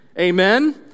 amen